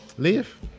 Live